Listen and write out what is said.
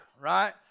right